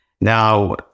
Now